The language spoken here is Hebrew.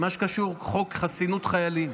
מה שקשור לחוק חסינות חיילים,